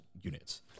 units